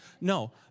No